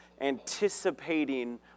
Anticipating